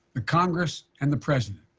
the congress and the president,